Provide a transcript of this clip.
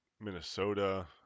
Minnesota